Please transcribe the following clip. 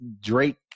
Drake